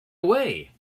away